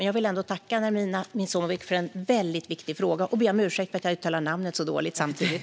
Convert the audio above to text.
Jag vill tacka Nermina Mizimovic för en väldigt viktig fråga och samtidigt be om ursäkt för att jag uttalar namnet så dåligt.